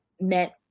meant